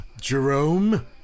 Jerome